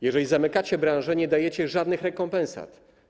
Jeżeli zamykacie branżę, nie dajecie żadnych rekompensat.